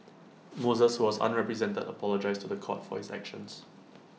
Moses who was unrepresented apologised to The Court for his actions